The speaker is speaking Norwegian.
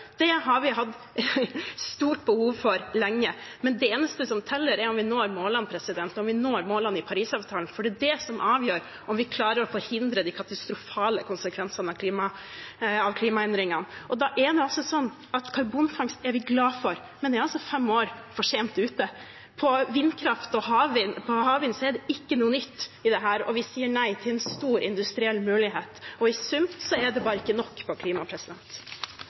Det har vi hatt stort behov for lenge, men det eneste som teller, er om vi når målene, om vi når målene i Parisavtalen. Det er det som avgjør om vi klarer å forhindre de katastrofale konsekvensene av klimaendringene. Da er vi glad for karbonfangst, men vi er altså fem år for sent ute. For vindkraft og havvind er det ikke noe nytt i dette, og vi sier nei til en stor industriell mulighet. I sum er det bare ikke nok på klima.